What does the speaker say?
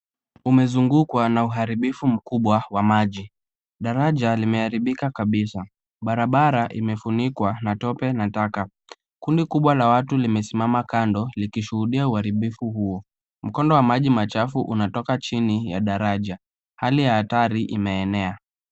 Umezungukwa na uharibifu mkubwa wa maji. Daraja limeharibika kabisa. Barabara imefunikwa na tope na taka. Kundi kubwa la watu limesimama kando likishuhudia uharibifu huo. Mkondo wa maji machafu unatoka chini ya daraja. Hali ya hatari imeenea.